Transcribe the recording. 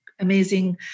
amazing